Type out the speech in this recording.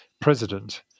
president